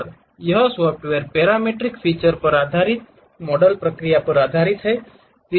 और यह software parametric feature आधारित मॉडल पर आधारित है